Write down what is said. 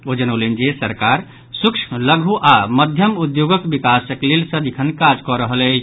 ओ जनौलनि जे सरकार सूक्ष्म लघु आओर मध्यम उद्योगक विकासक लेल सदिखन काज कऽ रहल अछि